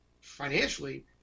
financially